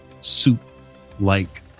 soup-like